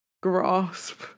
grasp